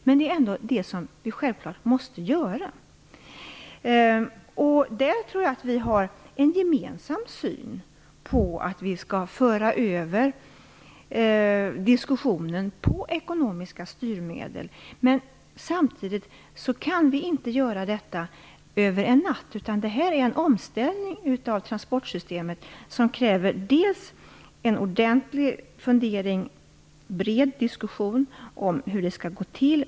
Men det måste vi ändå göra. Jag tror att vi har en gemensam syn på att vi skall föra över diskussionen till ekonomiska styrmedel. Men samtidigt kan vi inte göra detta över en natt. Det är en omställning av transportsystemet som kräver en bred diskussion om hur det skall gå till.